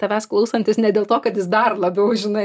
tavęs klausantis ne dėl to kad jis dar labiau žinai